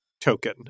token